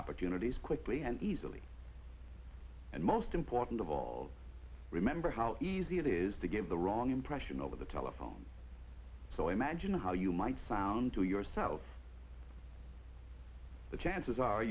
opportunities quickly and easily and most important of all remember how easy it is to give the wrong impression over the telephone so imagine how you might sound to yourself the chances are